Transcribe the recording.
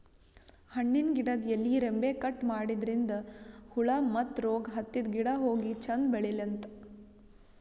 ಹಣ್ಣಿನ್ ಗಿಡದ್ ಎಲಿ ರೆಂಬೆ ಕಟ್ ಮಾಡದ್ರಿನ್ದ ಹುಳ ಮತ್ತ್ ರೋಗ್ ಹತ್ತಿದ್ ಗಿಡ ಹೋಗಿ ಚಂದ್ ಬೆಳಿಲಂತ್